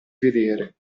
vedere